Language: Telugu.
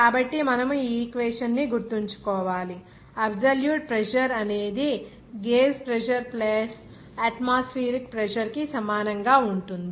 కాబట్టి మనము ఈ ఈక్వేషన్ ని గుర్తుంచుకోవాలి అబ్సొల్యూట్ ప్రెజర్ అనేది gauge pressure plus atmospheric pressure కి సమానంగా ఉంటుంది